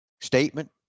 statement